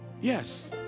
Yes